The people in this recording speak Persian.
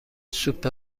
سوپ